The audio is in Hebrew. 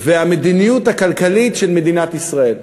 והמדיניות הכלכלית של מדינת ישראל.